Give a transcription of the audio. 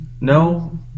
No